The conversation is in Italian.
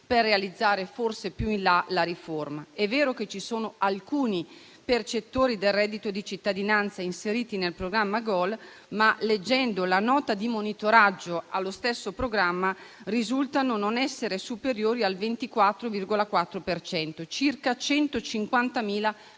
per realizzare forse più in là la riforma. È vero che ci sono alcuni percettori del reddito di cittadinanza inseriti nel programma GOL, ma leggendo la nota di monitoraggio allo stesso programma risultano non essere superiori al 24,4 per cento (circa 150.000